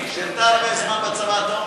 ששירתה הרבה זמן בצבא,